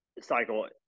cycle